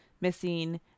missing